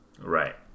Right